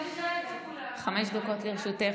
חמש דקות לרשותך.